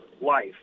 life